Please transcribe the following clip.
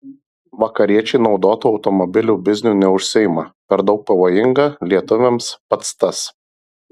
vakariečiai naudotų automobilių bizniu neužsiima per daug pavojinga lietuviams pats tas